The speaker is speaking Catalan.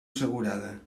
assegurada